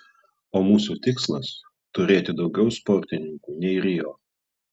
o mūsų tikslas turėti daugiau sportininkų nei rio